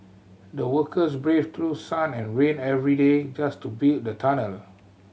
the workers braved through sun and rain every day just to build the tunnel